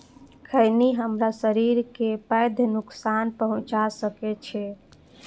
खैनी हमरा शरीर कें पैघ नुकसान पहुंचा सकै छै